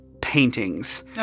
paintings